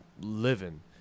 living